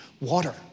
water